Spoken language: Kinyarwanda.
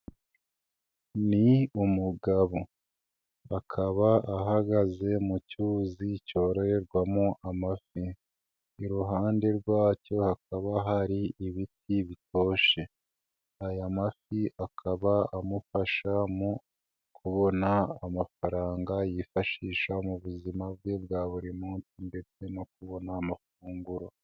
Ni umugabo, akaba ahagaze mu cyuzi cyororwamo amafi, iruhande rwacyo hakaba hari ibiti bitoshye, aya mafi akaba amufasha mu kubona amafaranga yifashisha mu buzima bwe bwa buri munsi ndetse no kubona amafunguro.